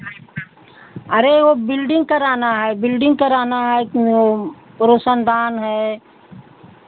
अरे वो बिल्डिंग कराना है बिल्डिंग कराना है ओ रौशनदान है